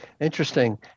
Interesting